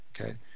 Okay